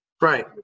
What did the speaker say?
Right